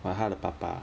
orh 她的爸爸 ah